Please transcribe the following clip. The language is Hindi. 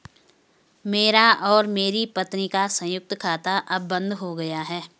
मेरा और मेरी पत्नी का संयुक्त खाता अब बंद हो गया है